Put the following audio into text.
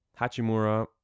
Hachimura